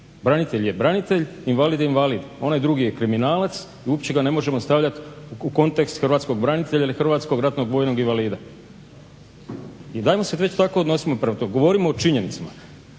Branitelj je branitelj, invalid je invalid. Onaj drugi je kriminalac i uopće ga ne možemo stavljati u kontekst hrvatskog branitelja ili hrvatskog ratnog vojnog invalida. I dajmo se već tako odnosimo prema tome, govorimo o činjenicama.